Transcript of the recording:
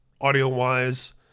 audio-wise